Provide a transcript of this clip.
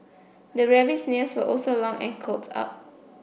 the rabbit's nails were also long and curled up